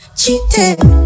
cheating